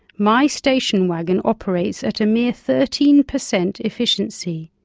my station wagon operates at a mere thirteen percent efficiency.